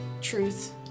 truth